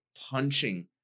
punching